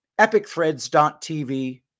epicthreads.tv